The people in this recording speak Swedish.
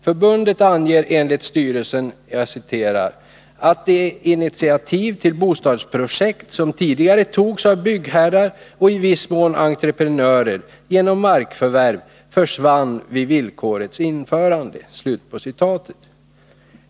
Förbundet anger enligt styrelsen ”att de initiativ till bostadsprojekt som tidigare togs av byggherrar och i viss mån entreprenörer genom markförvärv försvann vid villkorets införande”.